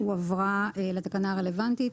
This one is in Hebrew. הועברה לתקנה הרלוונטית.